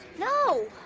no.